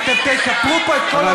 משפט אחרון,